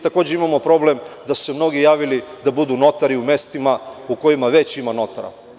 Takođe, imamo problem da su se mnogi javili da budu notari u mestima u kojima već ima notara.